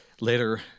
later